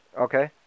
Okay